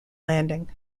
landing